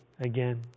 again